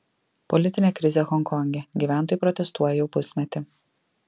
politinė krizė honkonge gyventojai protestuoja jau pusmetį